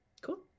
cool